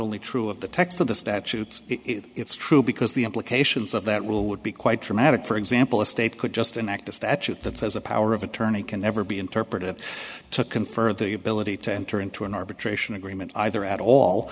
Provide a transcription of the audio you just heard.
only true of the text of the statute it's true because the implications of that rule would be quite dramatic for example a state could just an act a statute that says a power of attorney can never be interpreted to confer the ability to enter into an arbitration agreement either at all